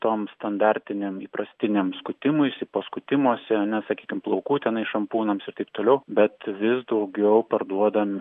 tom standartinėm įprastinėm skutimuisi po skutimosi ane sakykim plaukų tenai šampūnams ir taip toliau bet vis daugiau parduodam